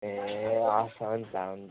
ए हस् हुन्छ हुन्छ